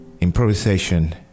improvisation